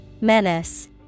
Menace